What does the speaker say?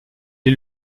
est